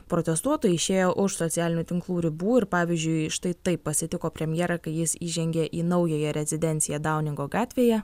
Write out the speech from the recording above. protestuotojai išėjo už socialinių tinklų ribų ir pavyzdžiui štai taip pasitiko premjerą kai jis įžengė į naująją rezidenciją dauningo gatvėje